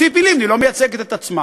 ציפי לבני לא מייצגת את עצמה.